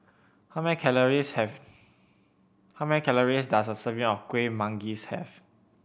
how many calories have how many calories does a serving of Kueh Manggis have